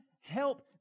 help